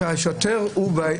חזור לבאר שבע".